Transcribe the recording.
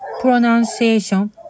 pronunciation